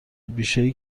بیشهای